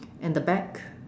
and the back